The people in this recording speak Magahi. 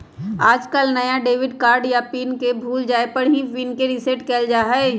आजकल नया डेबिट कार्ड या पिन के भूल जाये पर ही पिन के रेसेट कइल जाहई